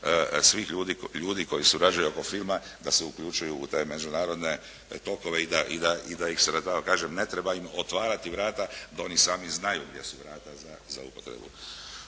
svih ljudi koji surađuju oko filma da se uključuju u te međunarodne tokove i da ih se da tako kažem ne treba im otvarati vrata, da oni sami znaju gdje su vrata za upotrebu.